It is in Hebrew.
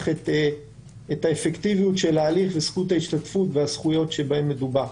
את האפקטיביות של ההליך וזכות ההשתתפות והזכויות שבהן מדובר.